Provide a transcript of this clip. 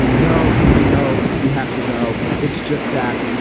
no. i know we have to go. it's just that.